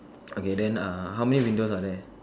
okay then uh how many windows are there